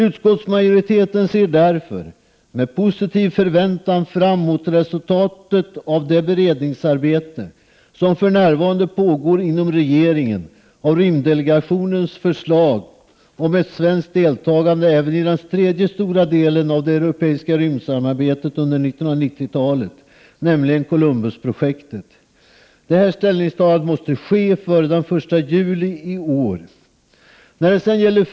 Utskottsmajoriteten ser därför med positiv förväntan fram mot resultat av det beredningsarbete som för närvarande pågår inom regeringen av rymddelegationens förslag om ett svenskt deltagande även i den tredje stora delen av det europeiska rymdsamarbetet under 1990-talet, nämligen Columbusprojektet. Detta måste ske före den 1 juli i år.